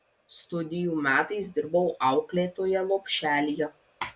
studijų metais dirbau auklėtoja lopšelyje